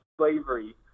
slavery